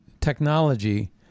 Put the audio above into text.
technology